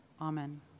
Amen